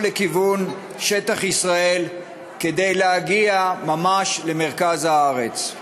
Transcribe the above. לכיוון שטח ישראל כדי להגיע ממש למרכז הארץ.